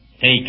Take